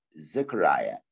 Zechariah